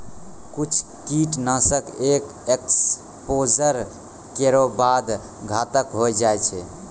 कुछ कीट नाशक एक एक्सपोज़र केरो बाद घातक होय जाय छै